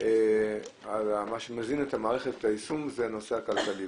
מה שמזין את מערכת היישום זה הנושא הכלכלי,